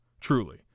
truly